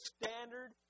standard